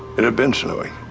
it had been snowing.